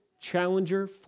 challenger